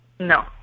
No